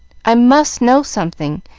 i must know something,